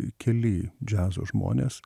keli džiazo žmonės